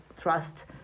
Trust